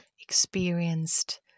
experienced